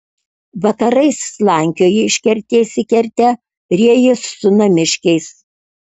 vakarais slankioji iš kertės į kertę riejies su namiškiais